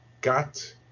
got